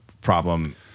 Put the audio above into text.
problem